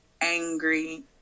angry